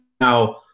Now